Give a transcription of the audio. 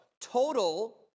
total